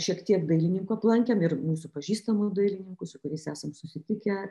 šiek tiek dailininkų aplankėm ir mūsų pažįstamų dailininkų su kuriais esam susitikę